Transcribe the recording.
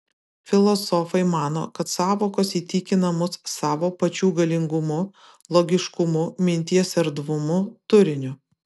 filosofai mano kad sąvokos įtikina mus savo pačių galingumu logiškumu minties erdvumu turiniu